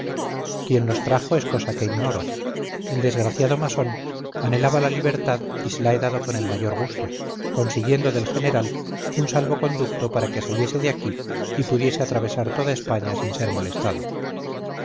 quien los trajo es cosa que ignoro el desgraciado masón anhelaba la libertad y se la he dado con el mayor gusto consiguiendo del general un salvo conducto para que saliese de aquí y pudiese atravesar toda españa sin ser molestado